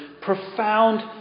profound